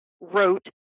wrote